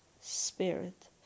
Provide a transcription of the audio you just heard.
spirit